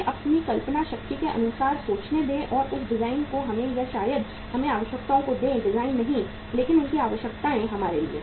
उसे अपनी कल्पना शक्ति के अनुसार सोचने दें और उस डिज़ाइन को हमें या शायद हमें आवश्यकताओं को दें डिजाइन नहीं लेकिन उनकी आवश्यकताएं हमारे लिए